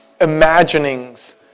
imaginings